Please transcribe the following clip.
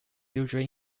usually